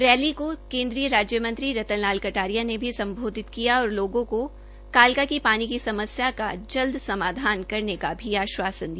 rally को केन्द्रीय राज्य मंत्री रतन लाल कटारिया ने भी सम्बोधित किया और लोगों को कालका की पानी की समस्या का जल्द समाधान करने का भी आश्वासन दिया